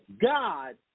God